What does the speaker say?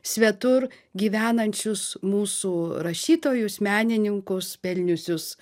svetur gyvenančius mūsų rašytojus menininkus pelniusius